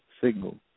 signal